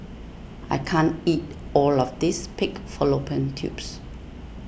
I can't eat all of this Pig Fallopian Tubes